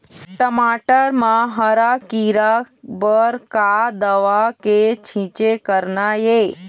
टमाटर म हरा किरा बर का दवा के छींचे करना ये?